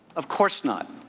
of course not.